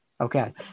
Okay